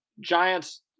Giants